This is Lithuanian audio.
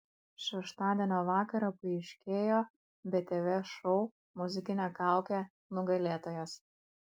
šeštadienio vakarą paaiškėjo btv šou muzikinė kaukė nugalėtojas